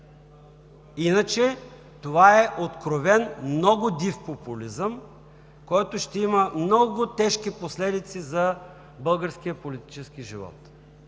Иначе това е откровен, много див популизъм, който ще има много тежки последици за българския политически живот.